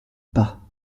pas